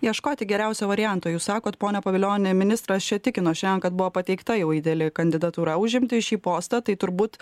ieškoti geriausio varianto jūs sakot pone pavilioni ministras čia tikino šian kad buvo pateikta jau ideali kandidatūra užimti šį postą tai turbūt